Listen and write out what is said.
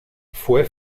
fue